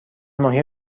ماهی